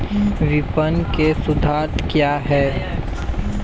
विपणन के सिद्धांत क्या हैं?